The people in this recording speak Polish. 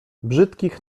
brzydkich